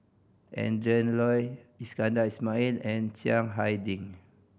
Adrin Loi Iskandar Ismail and Chiang Hai Ding